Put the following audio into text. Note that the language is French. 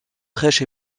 fraîche